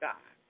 God